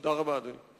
תודה רבה, אדוני.